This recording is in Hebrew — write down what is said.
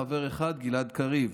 חבר אחד: גלעד קריב.